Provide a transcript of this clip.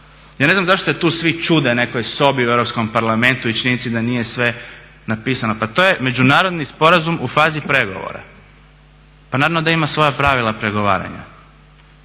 Ja ne znam zašto se tu svi čude nekoj sobi u Europskom parlamentu i činjenici da nije sve napisano. Pa to je međunarodni sporazum u fazi pregovora, pa naravno da ima svoja pravila pregovaranja.